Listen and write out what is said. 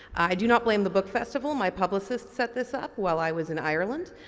i do not blame the book festival. my publicist set this up while i was in ireland.